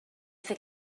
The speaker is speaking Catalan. fer